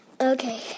Okay